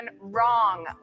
wrong